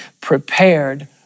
Prepared